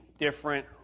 different